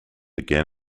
again